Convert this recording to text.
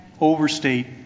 overstate